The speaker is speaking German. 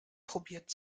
probiert